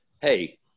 hey